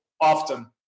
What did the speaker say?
often